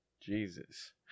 Jesus